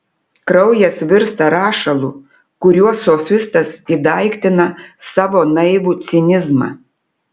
kraujas virsta rašalu kuriuo sofistas įdaiktina savo naivų cinizmą